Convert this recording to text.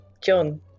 John